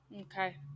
Okay